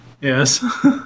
Yes